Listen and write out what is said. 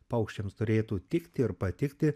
paukščiams turėtų tikti ir patikti